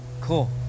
cool